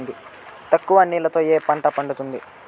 తక్కువ నీళ్లతో ఏ పంట పండుతుంది?